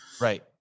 Right